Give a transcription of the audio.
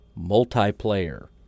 Multiplayer